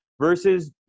versus